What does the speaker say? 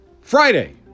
Friday